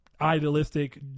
idealistic